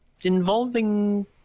involving